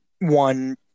one